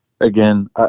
Again